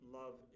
love